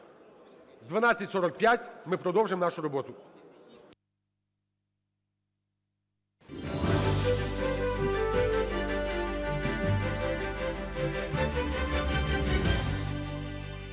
О 12:45 ми продовжимо нашу роботу.